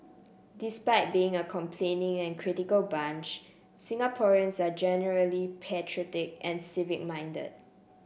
despite being a complaining and critical bunch Singaporeans are generally patriotic and minded